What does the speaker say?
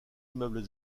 immeubles